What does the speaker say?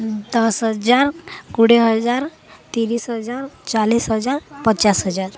ଦଶ ହଜାର କୋଡ଼ିଏ ହଜାର ତିରିଶି ହଜାର ଚାଲିଶି ହଜାର ପଚାଶ ହଜାର